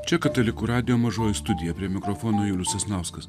čia katalikų radijo mažoji studija prie mikrofono julius sasnauskas